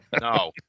no